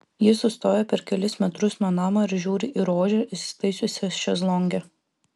ji sustoja per kelis metrus nuo namo ir žiūri į rožę įsitaisiusią šezlonge